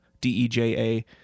d-e-j-a